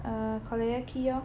err Collyer Quay lor